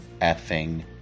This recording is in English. effing